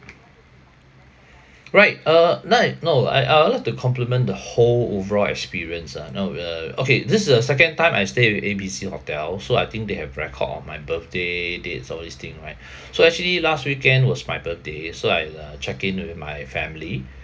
right uh now I no I I would like to compliment the whole overall experience ah know uh okay this is the second time I stay with A B C hotel so I think they have record on my birthday dates all this thing right so actually last weekend was my birthday so I uh check in with my family